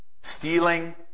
stealing